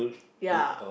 ya